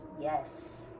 yes